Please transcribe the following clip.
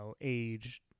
age